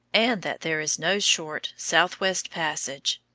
and that there is no short southwest passage.